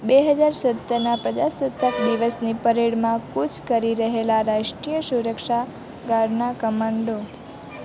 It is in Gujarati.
બે હજાર સત્તરના પ્રજા સત્તાક દિવસની પરેડમાં કૂચ કરી રહેલા રાષ્ટ્રિય સુરક્ષા ગાર્ડના કમાન્ડો